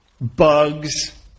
Bugs